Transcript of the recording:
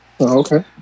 Okay